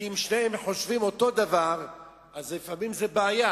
כי אם שניהם חושבים אותו דבר אז לפעמים זה בעיה.